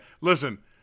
listen